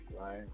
right